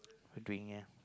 my dream at